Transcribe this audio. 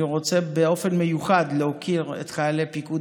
אני רוצה באופן מיוחד להוקיר את חיילי פיקוד